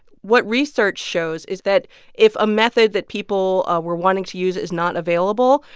what research shows is that if a method that people were wanting to use is not available,